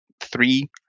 three